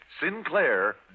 Sinclair